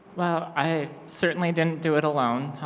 i certainly didn't do it alone.